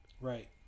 Right